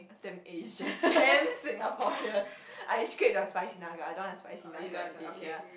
damn Asian damn Singaporean I scrap the spicy nugget I don't want the spicy nugget already ya